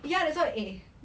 ya that's why eh